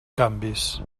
canvis